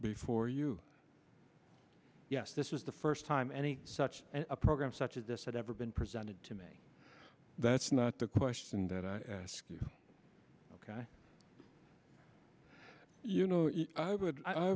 before you yes this is the first time any such a program such as this had ever been presented to me that's not the question that i ask you ok you know i would